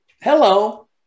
hello